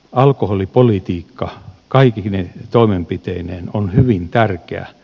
alkoholipolitiikka kaikkine toimenpiteineen on hyvin tärkeä